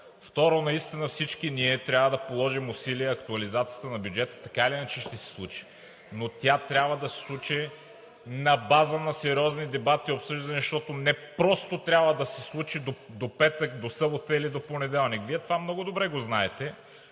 Второ, наистина всички ние трябва да положим усилия. Актуализацията на бюджета така или иначе ще се случи, но тя трябва да се случи на база на сериозен дебат, обсъждане, защото не просто трябва да се случи до петък, до събота или понеделник – Вие това много добре го знаете.